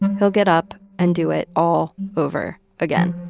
he'll get up and do it all over again.